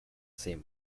same